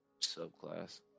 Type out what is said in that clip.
subclass